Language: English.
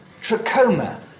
Trachoma